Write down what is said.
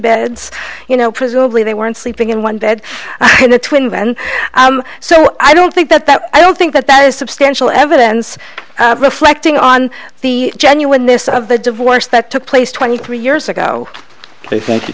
beds you know presumably they weren't sleeping in one bed in the twins and so i don't think that that i don't think that that is substantial evidence reflecting on the genuineness of the divorce that took place twenty three years ago